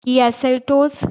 Kia Seltos